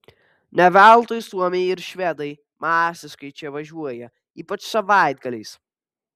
ne veltui suomiai ir švedai masiškai čia važiuoja ypač savaitgaliais